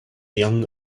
young